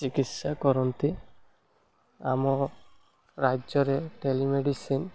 ଚିକିତ୍ସା କରନ୍ତି ଆମ ରାଜ୍ୟରେ ଟେଲି ମେଡ଼ିସିନ